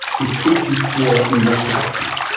his speech is clearer and more productive.